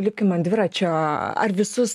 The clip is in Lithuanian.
lipkim ant dviračio ar visus